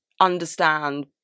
understand